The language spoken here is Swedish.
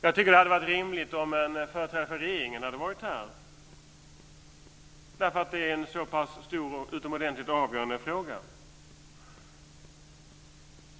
Jag tycker att det hade varit rimligt om en företrädare för regeringen hade varit här, då detta är en så pass stor och utomordentligt avgörande fråga.